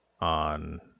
on